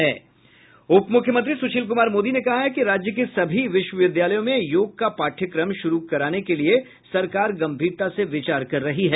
उप मुख्यमंत्री सुशील कुमार मोदी ने कहा है कि राज्य के सभी विश्वविद्यालयों में योग का पाठ्यक्रम शुरू कराने के लिए सरकार गंभीरता से विचार कर रही है